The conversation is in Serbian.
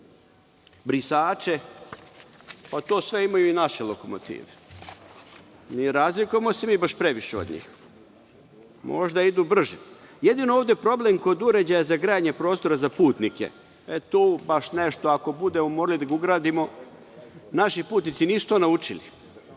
brisače, pa to sve imaju i naše lokomotive. Ne razlikujemo se baš previše od njih. Možda idu brže. Jedino je ovde problem kod uređaja za grejanje prostora za putnike. Ako budemo morali da ga ugradimo, naši putnici nisu to naučili.